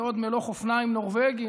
ועוד מלוא חופניים נורבגים,